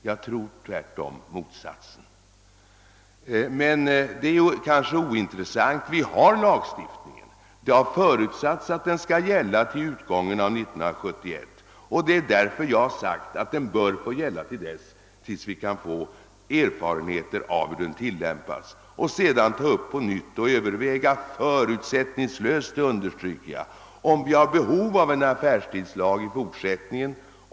Jag tror tvärtom att det skulle bli ett färre antal. Men detta är kanske ointressant. Vi har denna lag, och det har förutsatts att den skall gälla till utgången av år 1971. Jag har sagt att den bör få gälla till dess, då vi har hunnit samla erfarenheter av tillämpningen. Därefter får vi på nytt förutsättningslöst — jag understryker det — undersöka om vi har behov av en affärstidslag i fortsättningen.